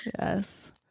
Yes